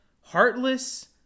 heartless